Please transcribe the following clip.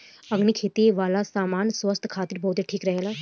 organic खेती वाला सामान स्वास्थ्य खातिर बहुते ठीक रहेला